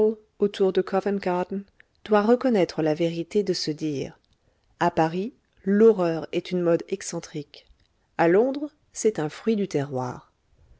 autour de covent garden doit reconnaître la vérité de ce dire a paris l'horreur est une mode excentrique à londres c'est un fruit du terroir